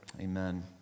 Amen